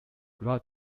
route